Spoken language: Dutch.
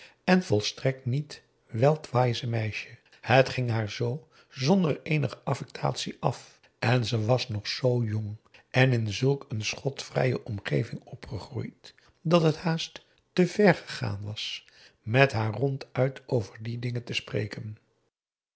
en volstrekt niet weltweise meisje het ging haar zoo zonder eenige affectatie af en ze was nog zoo jong en in zulk een schotvrije omgeving opgegroeid dat het haast te vèr gegaan was met haar ronduit over die dingen te spreken